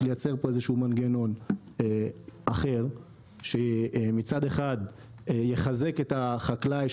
לייצר מנגנון אחר שמצד אחד יחזק את החקלאי,